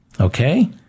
Okay